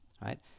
right